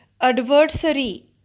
adversary